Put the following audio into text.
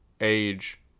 age